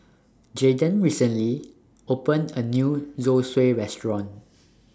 Jadon recently opened A New Zosui Restaurant